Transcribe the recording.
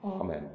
amen